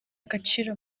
agaciro